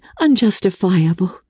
unjustifiable